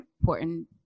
important